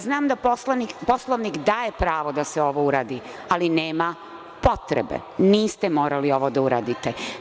Znam da Poslovnik daje pravo da se ovo uradi, ali nema potrebe, niste morali ovo da uradite.